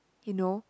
you know